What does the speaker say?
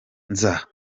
nza